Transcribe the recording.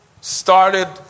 started